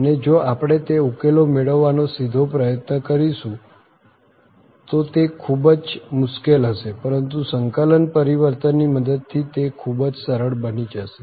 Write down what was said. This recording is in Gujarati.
અને જો આપણે તે ઉકેલો મેળવવાનો સીધો પ્રયત્ન કરીશું તો તે ખૂબ જ મુશ્કેલ હશે પરંતુ સંકલન પરિવર્તનની મદદથી તે ખૂબ જ સરળ બની જશે